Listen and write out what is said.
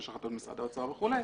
יש החלטות משרד האוצר וכולי.